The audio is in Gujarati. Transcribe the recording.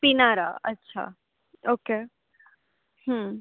પીનારા અચ્છા ઓકે હં